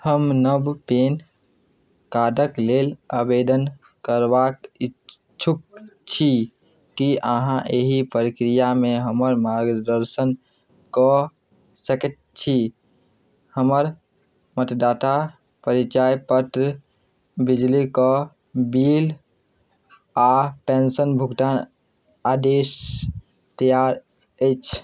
हम नव पेन कार्डक लेल आवेदन करबाक इच्छुक छी की अहाँ एहि प्रक्रियामे हमर मार्गदर्शन कऽ सकैत छी हमर मतदाता परिचय पत्र बिजली कऽ बिल आ पेंशन भुगतान आदेश तैआर अछि